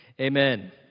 Amen